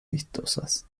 vistosas